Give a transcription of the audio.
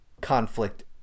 conflict